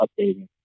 updating